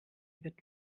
wird